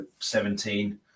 17